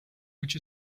which